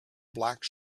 black